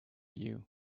you